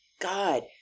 God